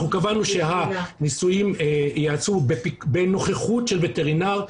אנחנו קבענו שהניסויים ייעשו בנוכחות של וטרינר,